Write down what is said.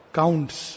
counts